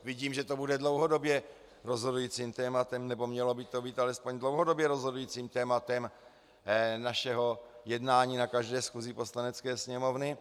Vidím, že to bude dlouhodobě rozhodujícím tématem, nebo by to mělo být alespoň dlouhodobě rozhodujícím tématem, našeho jednání na každé schůzi Poslanecké sněmovny.